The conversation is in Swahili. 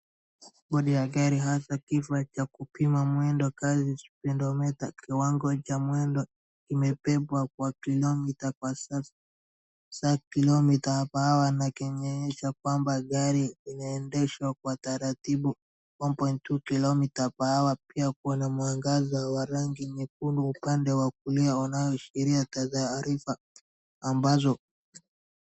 Bodi ya gari hasa kifa cha kupima mwendo kasi, speedometer , kiwango cha mwendo kimepimwa kwa kilomita kwa saa, kilomita kwa hour , na ikionyesha kwamba gari inaendeshwa kwa taratibu, 1.2 km per hour . Pia kuna mwangaza wa rangi nyekundu upande wa kulia unaoashiria taarifa ambazo.